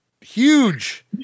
Huge